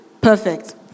perfect